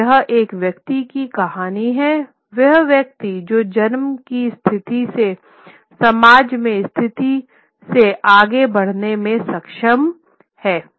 तो यह एक व्यक्ति की कहानी हैवह व्यक्ति जो जन्म की स्थिति से समाज में स्थिति से आगे बढ़ने में सक्षम है